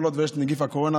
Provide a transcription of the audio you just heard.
כל עוד יש נגיף הקורונה,